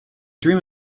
dream